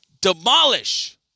demolish